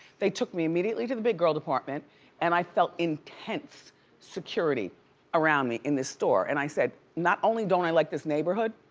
they took me immediately to the big girl department and i felt intense security around me in this store. and i said not only don't i like this neighborhood,